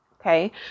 Okay